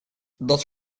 dat